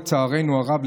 לצערנו הרב,